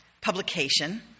publication